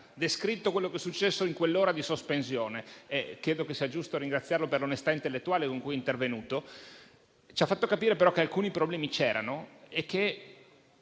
descritto quello che è successo in quell'ora di sospensione e credo sia giusto ringraziarlo per l'onestà intellettuale con cui è intervenuto. Egli ci ha fatto capire, però, che alcuni problemi c'erano e che